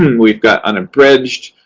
we've got unabridged.